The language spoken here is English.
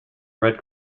red